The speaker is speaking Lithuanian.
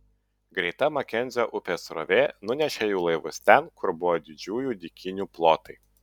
greita makenzio upės srovė nunešė jų laivus ten kur buvo didžiųjų dykynių plotai